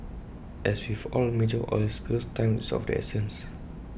as with all major oil spills time is of the essence